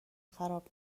خراب